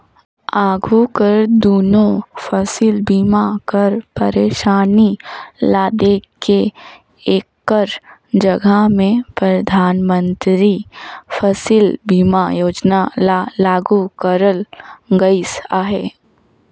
आघु कर दुनो फसिल बीमा कर पइरसानी ल देख के एकर जगहा में परधानमंतरी फसिल बीमा योजना ल लागू करल गइस अहे